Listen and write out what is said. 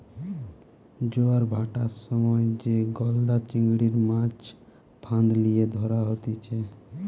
জোয়ার ভাঁটার সময় যে গলদা চিংড়ির, মাছ ফাঁদ লিয়ে ধরা হতিছে